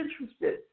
interested